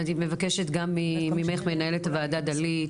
אני מבקשת גם ממך מנהלת הוועדה, דלית,